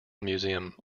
museum